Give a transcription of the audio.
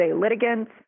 litigants